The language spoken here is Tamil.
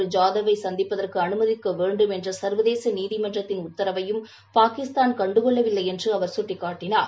ஐாதவ்வை சநதிப்பதற்கு அனுமதிக்க வேண்டும் என்ற சர்வதேச நீதிமன்றத்தின் உத்தரவையும் பாகிஸ்தான் கண்டுகொள்ளவில்லை என்று அவர் சுட்டிக் காட்டினார்